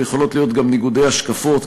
ויכולים להיות גם ניגודי השקפות,